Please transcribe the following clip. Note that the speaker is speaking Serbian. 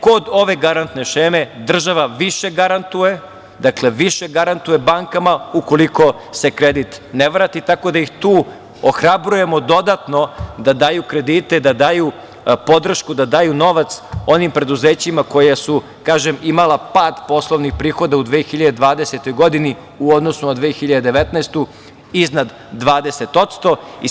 Kod ove garantne šeme država više garantuje bankama ukoliko se kredit ne vrati, tako da ih tu ohrabrujemo dodatno da daju kredite, da daju podršku, da daju novac onim preduzećima koja su imala pad poslovnih prihoda u 2020. godini u odnosu na 2019. godinu iznad 20%